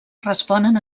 responen